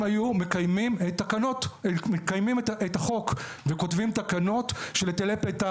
אם היו מקיימים את החוק וכותבים תקנות של היטלי פליטה.